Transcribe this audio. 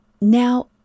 Now